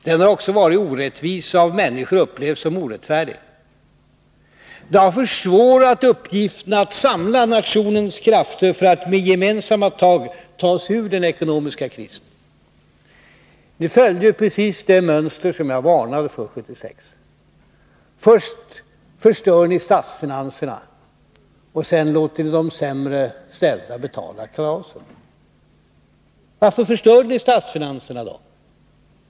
Den har också varit orättvis, och den har av människor upplevts som orättfärdig. Det har försvårat uppgiften att samla nationens krafter för att med gemensamma tag ta sig ur den ekonomiska krisen. Ni har ju följt precis det mönster som jag varnade för 1976. Först förstör ni statsfinanserna, och sedan låter ni de sämre ställda betala kalaset. Varför förstörde ni statsfinanserna?